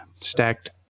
stacked